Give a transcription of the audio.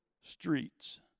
streets